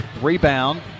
Rebound